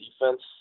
defense